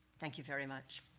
thank you very much.